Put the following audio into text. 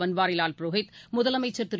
பன்வாரிலால் புரோஹித் முதலமைச்சர் திரு